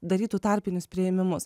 darytų tarpinius priėmimus